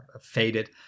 faded